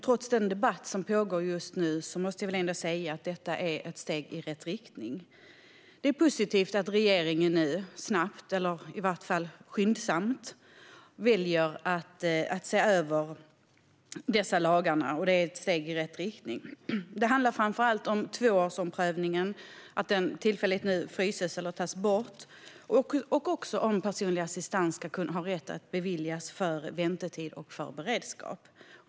Trots den debatt som pågår just nu måste jag ändå säga att detta är ett steg i rätt riktning. Det är positivt att regeringen nu skyndsamt väljer att se över dessa lagar. Det handlar framför allt om att tvåårsomprövningen tillfälligt fryses eller tas bort och också om att personlig assistans ska kunna beviljas för väntetid och beredskap.